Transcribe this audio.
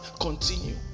continue